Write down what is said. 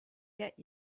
get